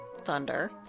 Thunder